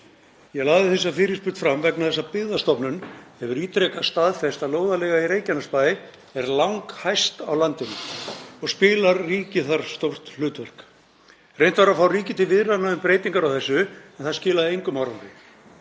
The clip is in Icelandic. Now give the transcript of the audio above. Ég lagði þessa fyrirspurn fram vegna þess að Byggðastofnun hefur ítrekað staðfest að lóðarleiga í Reykjanesbæ sé langhæst á landinu og spilar ríkið þar stórt hlutverk. Reynt var að fá ríkið til viðræðna um breytingar á þessu en það skilaði engum árangri.